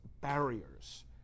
barriers